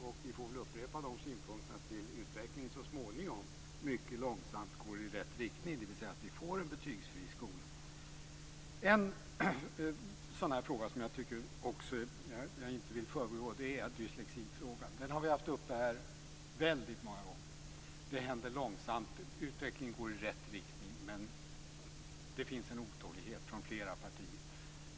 Vi får väl upprepa dem tills utvecklingen så småningom, mycket långsamt, går i rätt riktning, dvs. att vi får en betygsfri skola. En fråga som jag inte vill förbigå är dyslexifrågan. Den har vi haft uppe väldigt många gånger. Det går långsamt. Utvecklingen går i rätt riktning, men det finns en otålighet från flera partier.